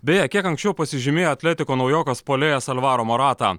beje kiek anksčiau pasižymėjo atletiko naujokas puolėjas alvaro morata